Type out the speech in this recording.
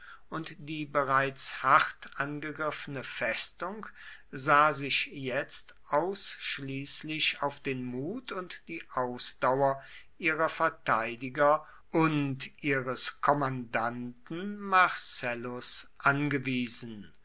und die bereits hart angegriffene festung sah sich jetzt ausschließlich auf den mut und die ausdauer ihrer verteidiger und ihres kommandanten marcellus angewiesen